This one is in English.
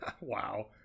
Wow